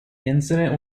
incident